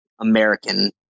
American